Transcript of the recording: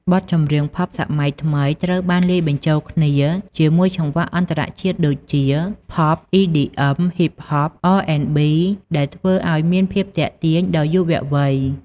បទចម្រៀងផប់សម័យថ្មីត្រូវបានលាយបញ្ចូលគ្នាជាមួយចង្វាក់អន្តរជាតិដូចជា ផប់ អ៊ីឌីអឹម ហ៊ីបហប អរអេនប៊ី ដែលធ្វើឱ្យមានភាពទាក់ទាញដល់យុវវ័យ។